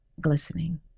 glistening